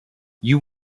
you